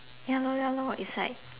ya lor ya lor it's like